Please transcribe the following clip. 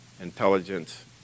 intelligence